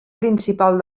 principal